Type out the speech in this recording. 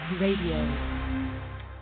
RADIO